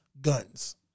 guns